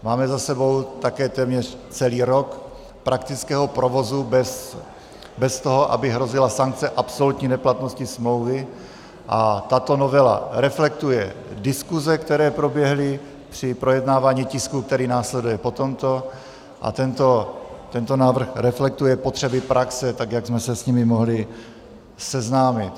Máme za sebou také téměř celý rok praktického provozu bez toho, aby hrozila sankce absolutní neplatnosti smlouvy, a tato novela reflektuje diskuze, které proběhly při projednávání tisku, který následuje po tomto, a tento návrh reflektuje potřeby praxe, tak jak jsme se s nimi mohli seznámit.